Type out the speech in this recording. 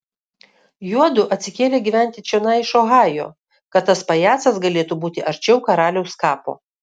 juodu atsikėlė gyventi čionai iš ohajo kad tas pajacas galėtų būti arčiau karaliaus kapo